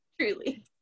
Truly